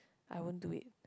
I won't do it